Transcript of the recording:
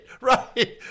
right